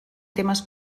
temes